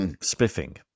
Spiffing